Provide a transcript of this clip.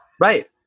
Right